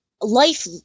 life